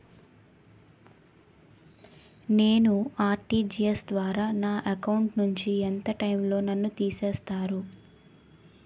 నేను ఆ.ర్టి.జి.ఎస్ ద్వారా నా అకౌంట్ నుంచి ఎంత టైం లో నన్ను తిసేస్తారు?